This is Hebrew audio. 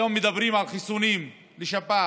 היום מדברים על חיסונים לשפעת,